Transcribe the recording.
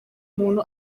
muntu